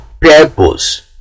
purpose